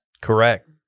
Correct